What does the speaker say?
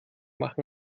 machen